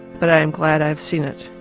but i am glad i've seen it.